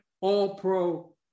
All-Pro